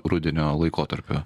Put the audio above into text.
rudenio laikotarpiu